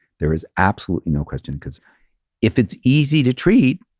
there is absolutely no question because if it's easy to treat,